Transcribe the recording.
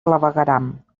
clavegueram